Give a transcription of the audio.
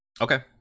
Okay